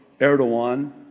Erdogan